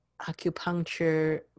acupuncture